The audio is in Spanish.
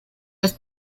las